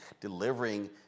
delivering